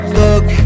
look